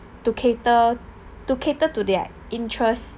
to cater to cater to their interests